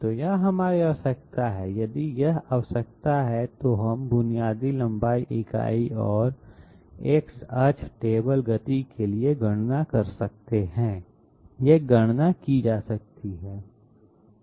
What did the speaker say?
तो यह हमारी आवश्यकता है यदि यह आवश्यकता है तो हम बुनियादी लंबाई इकाई और X अक्ष टेबल गति के लिए गणना कर सकते हैं ये गणना की जा सकती है